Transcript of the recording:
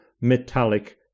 metallic